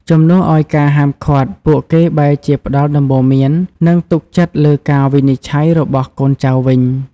ជំនួសឱ្យការហាមឃាត់ ពួកគេបែរជាផ្តល់ដំបូន្មាន និងទុកចិត្តលើការវិនិច្ឆ័យរបស់កូនចៅវិញ។